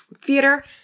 theater